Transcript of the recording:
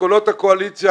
ובקולות הקואליציה,